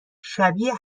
شبیه